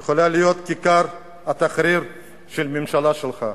יכול להיות כיכר תחריר של הממשלה שלך,